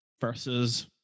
versus